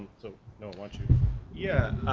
so, no, why don't you yeah,